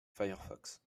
firefox